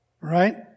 right